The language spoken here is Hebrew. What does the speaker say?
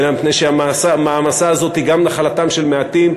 אלא מפני שהמעמסה הזאת היא גם נחלתם של מעטים,